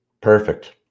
Perfect